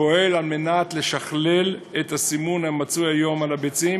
פועל לשכלל את הסימון המצוי היום על הביצים